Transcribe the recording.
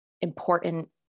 important